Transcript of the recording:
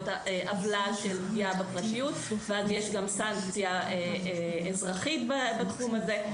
עוולה של פגיעה בפרטיות ואז יש גם סנקציה אזרחית בנושא הזה.